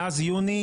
מאז יוני,